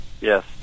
Yes